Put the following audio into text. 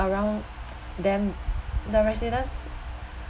around them the residents